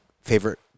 favorite